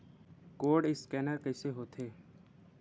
Code scan कइसे होथे?